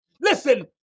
Listen